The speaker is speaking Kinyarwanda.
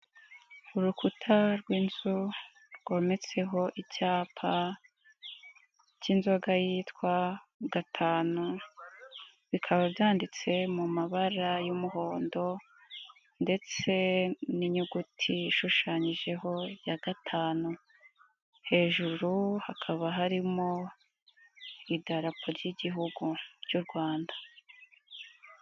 Urukuta rw'inzu rwometseho icyapa cy'inzoga yitwa Gatanu. Bikaba byanditse mu mabara y'umuhondo ndetse n'inyuguti ishushanyijeho ya gatanu. Hejuru hakaba harimo idarapo ry'Igihugu ry'u Rwanda.